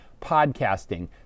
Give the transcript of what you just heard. podcasting